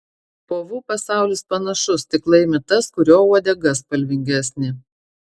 povų pasaulis panašus tik laimi tas kurio uodega spalvingesnė